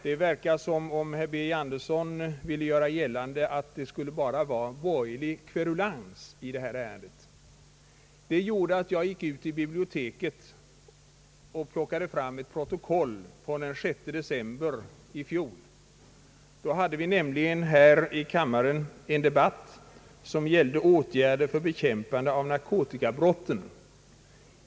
Det verkar som om herr Birger Andersson anser att det bara skulle vara fråga om borgerlig kverulans i detta ärende. Detta gjorde att jag gick ut till biblioteket och plockade fram ett protokoll från den 6 december i fjol. Då hade vi nämligen här i kammaren en debatt om åtgärder för bekämpande av narkotikabrotten.